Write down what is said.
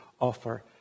offer